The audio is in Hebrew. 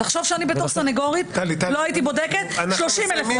תחשוב שאני בתור סנגורית לא הייתי בודקת 30,000 הודעות.